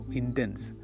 intense